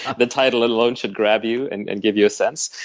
the title alone should grab you and and give you a sense.